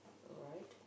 alright